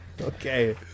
Okay